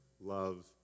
love